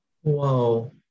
Whoa